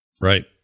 Right